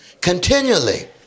Continually